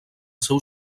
seu